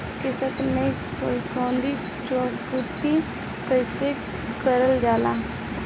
किश्त में ऋण चुकौती कईसे करल जाला?